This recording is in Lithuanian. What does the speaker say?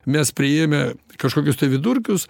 mes priėmę kažkokius tai vidurkius